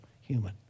human